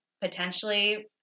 potentially